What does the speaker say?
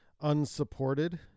unsupported